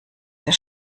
der